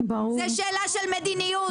זו שאלה של מדיניות,